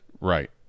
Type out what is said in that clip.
Right